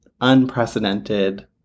unprecedented